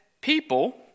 people